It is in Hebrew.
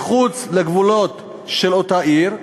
מחוץ לגבולות אותה עיר,